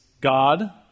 God